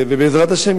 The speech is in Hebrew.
בעזרת השם,